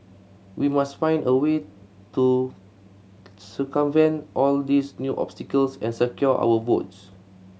we must find a way to circumvent all these new obstacles and secure our votes